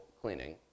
cleaning